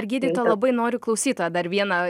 gydytoja labai noriu klausytoją dar vieną